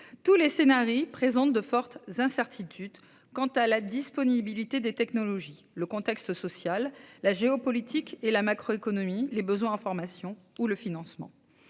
Tous les scénarios présentent de fortes incertitudes quant à la disponibilité des technologies, au contexte social, géopolitique et macroéconomique, aux besoins en formation ou au financement.